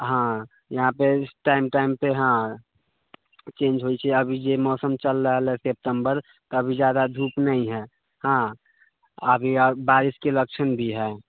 हाँ यहाँपर टाइम टाइमपर हाँ चेन्ज होइ छै आब जे चलि रहल अइ मौसम सेप्टेम्बर तऽ अब ज्यादा धूप नइ अइ हाँ अभी आब बारिशके लक्षण भी हइ